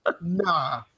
nah